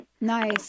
Nice